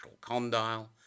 condyle